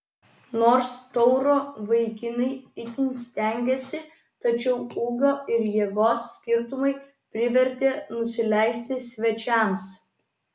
nors tauro vaikinai itin stengėsi tačiau ūgio ir jėgos skirtumai privertė nusileisti svečiams